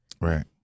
Right